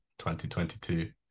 2022